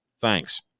thanks